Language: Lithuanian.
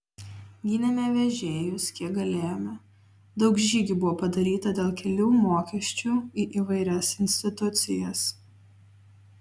gynėme vežėjus kiek galėjome daug žygių buvo padaryta dėl kelių mokesčių į įvairias institucijas